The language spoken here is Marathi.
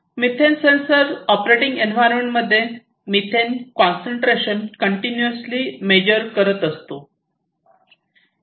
मिथेन सेन्सर ऑपरेटिंग एन्व्हायरमेंट मध्ये मिथेन कॉन्सन्ट्रेशन कंटिन्यूअसली मेजर करत असतो